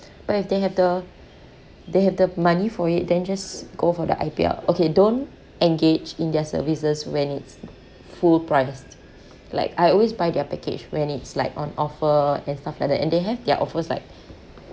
but if they have the they have the money for it then just go for the I_P_L okay don't engage in their services when it's full priced like I always buy their package when it's like on offer and stuff like that and they have their offers like